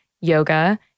yoga